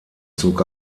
zog